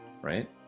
right